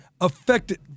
affected